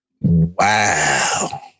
Wow